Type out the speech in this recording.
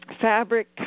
fabric